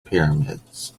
pyramids